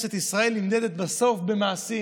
כנסת ישראל נמדדת בסוף במעשים,